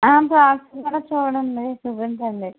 కాస్ట్లోనే చూడండి చూపించండి